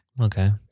Okay